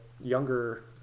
younger